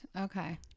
okay